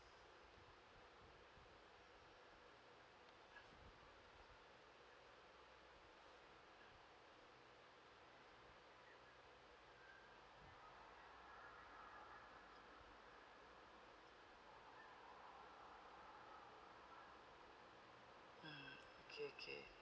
mm okay okay